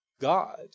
God